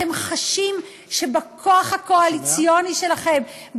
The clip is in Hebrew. אתם חשים שבכוח הקואליציוני שלכם,